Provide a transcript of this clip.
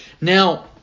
Now